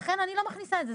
לכן אני לא מכניסה את זה.